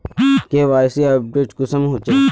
KYC update कुंसम होचे?